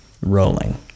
Rolling